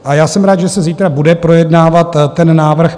A já jsem rád, že se zítra bude projednávat ten návrh.